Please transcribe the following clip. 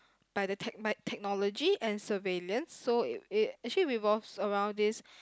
by the tech~ by the technology and surveillance so actually it revolves around this